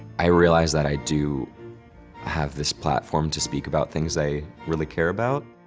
i realize that i do have this platform to speak about things i really care about.